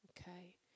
Okay